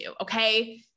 okay